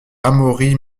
amaury